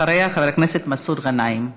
אחריה, חבר הכנסת מסעוד גנאים.